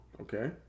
Okay